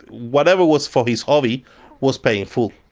whatever was for his hobby was paid in full.